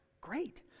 Great